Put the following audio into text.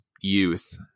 youth